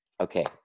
Okay